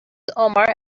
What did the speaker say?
omar